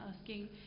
asking